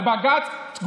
לבג"ץ,